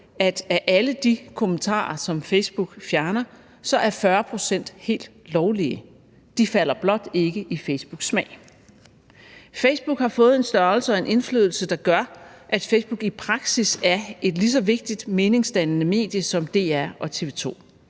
at af alle de kommentarer, som Facebook fjerner, er 40 pct. helt lovlige. De falder blot ikke i Facebooks smag. Facebook har fået en størrelse og en indflydelse, der gør, at Facebook i praksis er et lige så vigtigt meningsdannende medie som DR og TV 2.